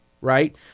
right